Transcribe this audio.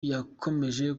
yakomeje